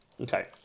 Okay